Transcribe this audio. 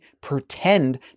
pretend